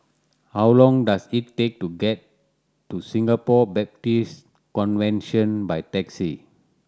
how long does it take to get to Singapore Baptist Convention by taxi